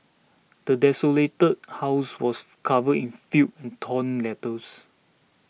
the desolated house was covered in filth and torn letters